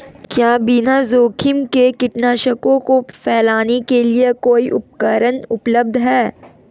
क्या बिना जोखिम के कीटनाशकों को फैलाने के लिए कोई उपकरण उपलब्ध है?